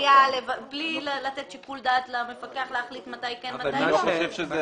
בלי לתת שיקול דעת למפקח להחליט מתי כן ומתי לא.